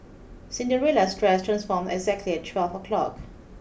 Cinderella's dress transformed exactly at twelve o'clock